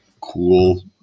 cool